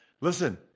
Listen